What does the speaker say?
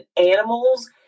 animals